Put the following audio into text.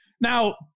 Now